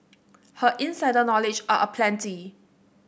her insider knowledge are aplenty